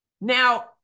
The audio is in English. Now